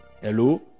hello